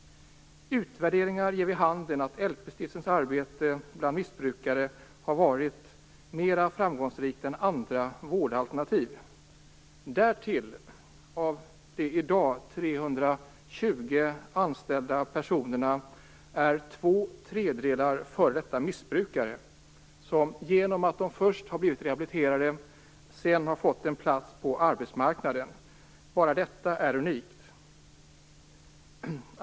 Utvärderingar ger vid handen att LP-stiftelsens arbete bland missbrukare har varit mer framgångsrikt än andra vårdalternativ. Därtill är två tredjedelar av de i dag 320 anställda personerna f.d. missbrukare som genom att först ha blivit rehabiliterade sedan fått en plats på arbetsmarknaden. Bara detta är unikt.